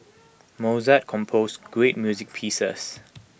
Mozart composed great music pieces